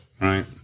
right